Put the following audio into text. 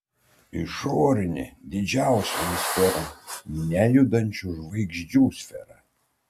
išorinė didžiausioji sfera nejudančių žvaigždžių sfera